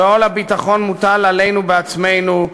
ועול הביטחון מוטל עלינו בעצמנו.